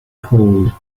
cold